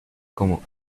como